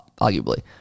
arguably